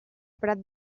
prat